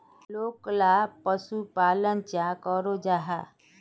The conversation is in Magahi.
लोकला पशुपालन चाँ करो जाहा?